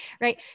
right